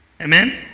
Amen